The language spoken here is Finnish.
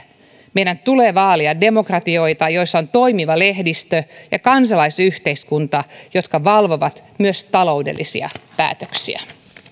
meidän tulee vaalia demokratioita joissa on toimiva lehdistö ja kansalaisyhteiskunta jotka valvovat myös taloudellisia päätöksiä